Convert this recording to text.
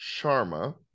sharma